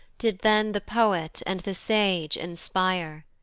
did then the poet and the sage inspire.